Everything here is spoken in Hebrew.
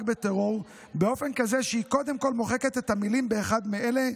בטרור באופן כזה שהיא קודם כול מוחקת את המילים "באחד מאלה",